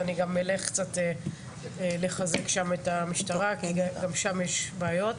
אני אלך קצת לחזק שם את המשטרה כי גם שם יש בעיות.